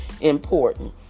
important